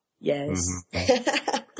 Yes